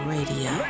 Radio